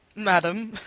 madam,